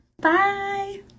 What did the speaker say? bye